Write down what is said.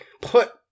put